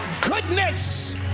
goodness